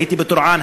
הייתי בטורעאן,